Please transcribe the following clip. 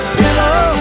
pillow